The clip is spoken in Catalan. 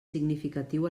significatiu